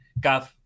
Gav